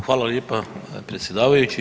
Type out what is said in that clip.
Hvala lijepa predsjedavajući.